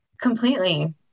completely